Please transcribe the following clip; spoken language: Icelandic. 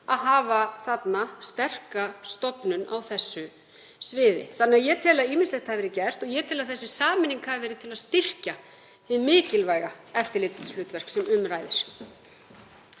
að hafa þarna sterka stofnun á þessu sviði. Ég tel því að ýmislegt hafi verið gert og ég tel að þessi sameining hafi verið til að styrkja hið mikilvæga eftirlitshlutverk sem um ræðir.